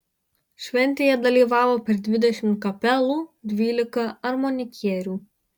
šventėje dalyvavo per dvidešimt kapelų dvylika armonikierių